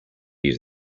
use